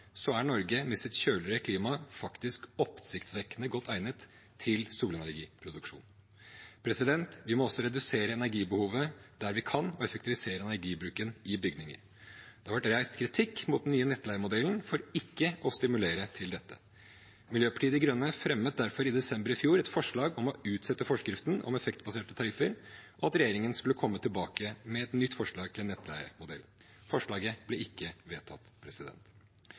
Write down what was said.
er Norge, med sitt kjøligere klima, faktisk oppsiktsvekkende godt egnet til solenergiproduksjon. Vi må også redusere energibehovet der vi kan, og effektivisere energibruken i bygninger. Det har vært reist kritikk mot den nye nettleiemodellen for at den ikke stimulerer til dette. Miljøpartiet De Grønne fremmet derfor i desember i fjor et forslag om å utsette forskriften om effektbaserte tariffer, og at regjeringen skulle komme tilbake med et nytt forslag til nettleiemodell. Forslaget ble ikke vedtatt.